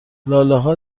لالهها